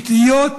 קהילתיות,